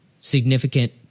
significant